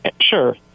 Sure